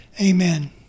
Amen